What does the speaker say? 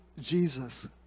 Jesus